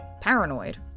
paranoid